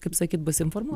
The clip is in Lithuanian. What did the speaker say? kaip sakyt bus informuo